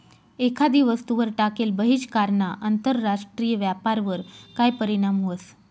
एखादी वस्तूवर टाकेल बहिष्कारना आंतरराष्ट्रीय व्यापारवर काय परीणाम व्हस?